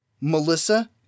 Melissa